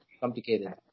complicated